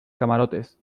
camarotes